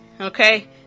Okay